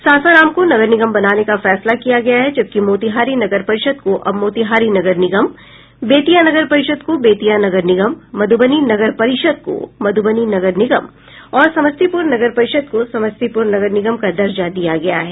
सासाराम को नगर निगम बनाने का फैसला किया है जबकि मोतिहारी नगर परिषद को अब मोतिहारी नगर निगम बेतिया नगर परिषद को बेतिया नगर निगम मधुबनी नगर परिषद को मधुबनी नगर निगम और समस्तीपुर नगर परिषद को समस्तीपुर नगर निगम का दर्जा दिया गया है